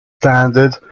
Standard